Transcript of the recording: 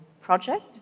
project